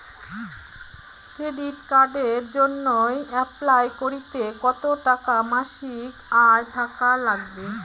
Credit কার্ডের জইন্যে apply করিতে কতো টাকা মাসিক আয় থাকা নাগবে?